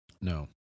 No